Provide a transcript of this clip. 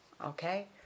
Okay